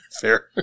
Fair